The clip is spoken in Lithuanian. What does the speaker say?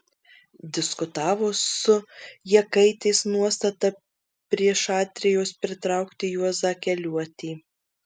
diskutavo su jakaitės nuostata prie šatrijos pritraukti juozą keliuotį